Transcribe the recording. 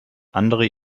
andere